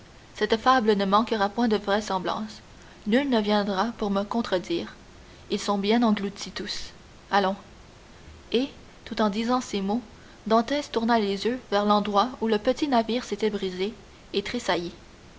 cette fable ne manquera point de vraisemblance nul ne viendra pour me contredire ils sont bien engloutis tous allons et tout en disant ces mots dantès tourna les yeux vers l'endroit où le petit navire s'était brisé et tressaillit